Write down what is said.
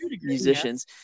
musicians